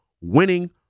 winning